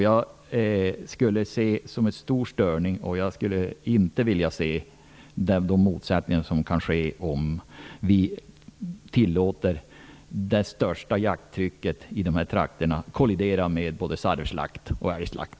Jag skulle inte vilja se de motsättningar och störningar som kan uppstå om vi tillåter det största jakttrycket i de här trakterna att kollidera med både sarvslakt och älgjakt.